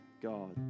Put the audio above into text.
God